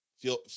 feel